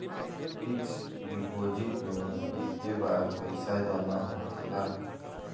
fix deposit मे एके बार पैसा जामा होखेला